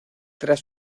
tras